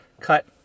cut